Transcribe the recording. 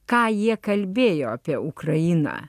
ką jie kalbėjo apie ukrainą